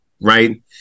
right